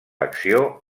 acció